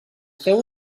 seu